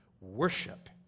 Worship